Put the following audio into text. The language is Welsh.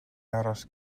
aros